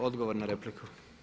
Odgovor na repliku.